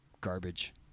garbage